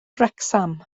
wrecsam